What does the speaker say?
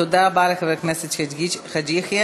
תודה רבה לחבר הכנסת חאג' יחיא.